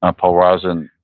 ah paul rozin,